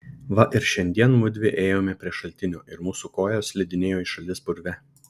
va ir šiandien mudvi ėjome prie šaltinio ir mūsų kojos slidinėjo į šalis purve